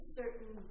certain